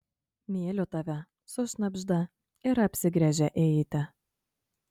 myliu tave sušnabžda ir apsigręžia eiti